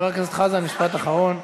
חברי הכנסת הערבים בכנסת ישראל,